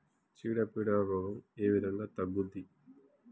చీడ పీడల రోగం ఏ విధంగా తగ్గుద్ది?